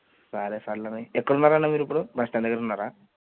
సరే సర్లేన్న ఎక్కడ ఉన్నారన్న మీరు ఇప్పుడు బస్ స్టాండ్ దగ్గర ఉన్నారా